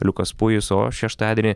liukas pujus o šeštadienį